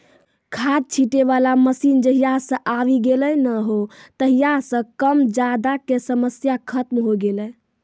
खाद छीटै वाला मशीन जहिया सॅ आबी गेलै नी हो तहिया सॅ कम ज्यादा के समस्या खतम होय गेलै